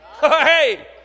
Hey